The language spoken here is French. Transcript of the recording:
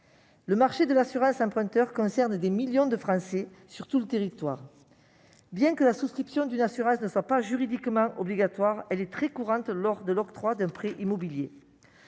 Le marché de l'assurance emprunteur concerne des millions de Français, sur tout le territoire. Bien que la souscription d'une assurance ne soit pas juridiquement obligatoire, elle est très courante lors de l'octroi d'un prêt immobilier.